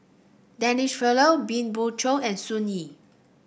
Denise Fletcher been Beng Chong and Sun Yee